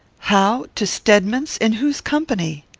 how to stedman's in whose company?